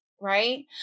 right